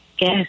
Yes